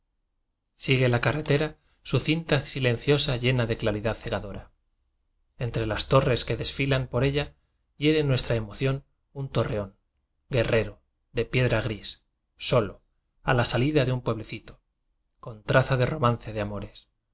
sigue la carretera su cinta sibiblioteca nacional de españa lenciosa llena de claridad cegadora entre las torres que desfilan por ella hiere nues tra emoción un torreón guerrero de piedra gris solo a la salida de un pueblecito con traza de romance de amores